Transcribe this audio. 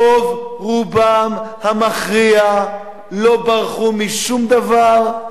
רוב רובם המכריע לא ברחו משום דבר,